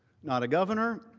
not a governor,